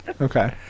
Okay